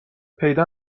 پیدا